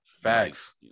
Facts